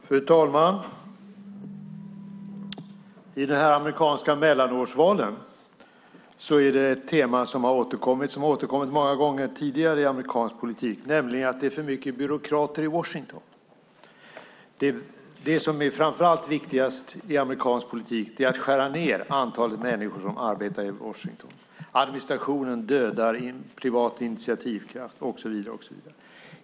Fru talman! I de amerikanska mellanårsvalen finns det ett tema som återkommer och som har återkommit många gånger tidigare i amerikansk politik, nämligen att det är för många byråkrater i Washington. Det som framför allt är viktigt i amerikansk politik är att skära ned antalet människor som arbetar i Washington. Administrationen dödar privat initiativkraft och så vidare, säger man.